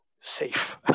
safe